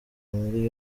muri